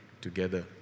together